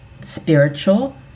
spiritual